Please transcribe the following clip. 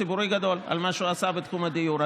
ציבורי גדול על מה שהוא עשה בתחום הדיור.